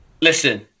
Listen